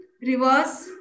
Reverse